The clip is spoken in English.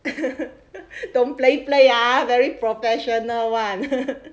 don't play play ah very professional one